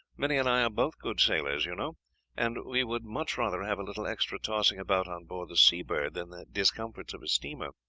minnie and i are both good sailors, you know and we would much rather have a little extra tossing about on board the seabird than the discomforts of a steamer.